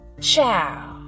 Ciao